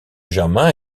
germain